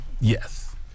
Yes